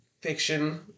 fiction